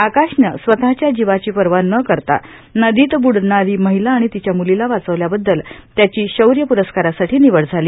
आकाशनं स्वतच्या जीवाची पर्वा न करता नदीत बुडणारी महिला आणि तिच्या मुलीला वाचवल्याबददल त्याची शौर्य पुरस्कारासाठी निवड झाली